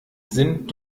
sind